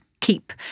keep